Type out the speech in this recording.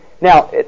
Now